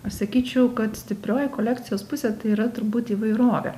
aš sakyčiau kad stiprioji kolekcijos pusė tai yra turbūt įvairovė